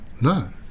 no